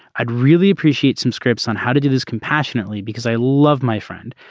i'd really appreciate some scripts on how to do this compassionately because i love my friend.